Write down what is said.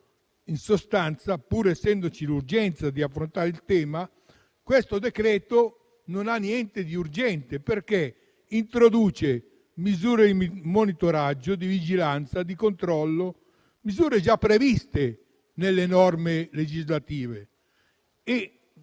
sommato, pur essendoci l'urgenza di affrontare il tema, non ha niente di urgente, perché introduce misure di monitoraggio, di vigilanza e di controllo, già previste nelle norme legislative.